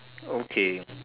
okay